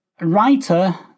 writer